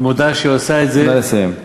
היא מודה שהיא עושה את זה, נא לסיים.